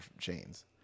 chains